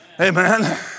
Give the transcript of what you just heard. Amen